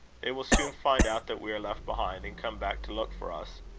they will soon find out that we are left behind, and come back to look for us.